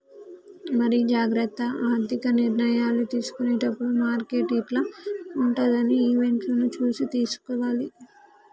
మరి జాగ్రత్త ఆర్థిక నిర్ణయాలు తీసుకునేటప్పుడు మార్కెట్ యిట్ల ఉంటదని ఈవెంట్లను చూసి తీసుకోవాలి